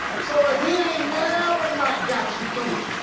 so if he ain't never not got you through it,